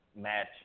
match